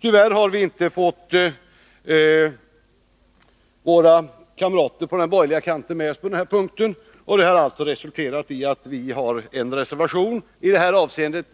Tyvärr har vi inte fått våra kamrater på den borgerliga kanten med oss på denna punkt. Det har resulterat i att vi i det avseendet